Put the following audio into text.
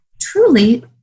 truly